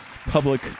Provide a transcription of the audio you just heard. public